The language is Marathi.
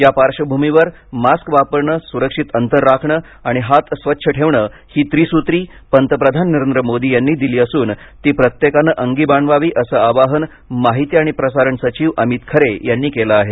या पार्बभूमीवर मास्क वापरणं सुरक्षित अंतर राखणं आणि हात स्वच्छ ठेवणं ही त्रिसूत्री पंतप्रधान नरेंद्र मोदी यांनी दिली असून ती प्रत्येकानं अंगी बाणवावी असं आवाहन माहिती आणि प्रसारण सचिव अमित खरे यांनी केलं आहे